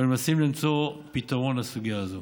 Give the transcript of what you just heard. ואנו מנסים למצוא פתרון לסוגיה זו.